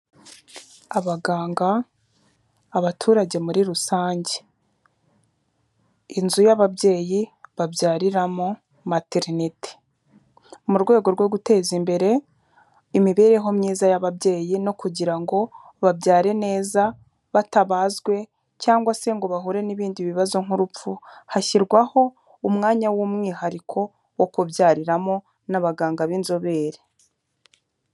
Abaganga, abaturage muri rusange. Inzu y'ababyeyi babyariramo, materneti. Mu rwego rwo guteza imbere imibereho myiza y'ababyeyi no kugira ngo babyare neza batabazwe cyangwa se ngo bahure n'ibindi bibazo nk'urupfu, hashyirwaho umwanya w'umwihariko wo kubyariramo, n'abaganga b'inzobere.